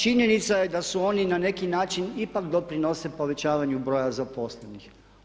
Činjenica je da su oni na neki način ipak doprinose povećavanju broja zaposlenih.